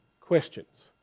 questions